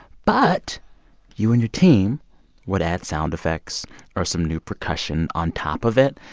but you and your team would add sound effects or some new percussion on top of it.